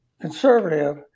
conservative